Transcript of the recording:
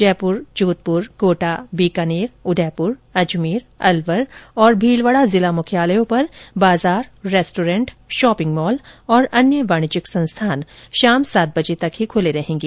जयप्र जोधप्र कोटा बीकानेर उदयपुर अजमेर अलवर और भीलवांडा जिला मुख्यालयों पर बाजार रेस्टोरेंट शॉपिंग मॉल और अन्य वाणिज्यिक संस्थान शाम सात बजे तक ही खुले रहेंगे